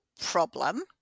problem